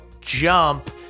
jump